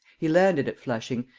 he landed at flushing,